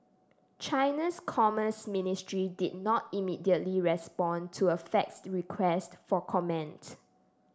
China's commerce ministry did not immediately respond to a faxed request for comment